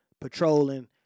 patrolling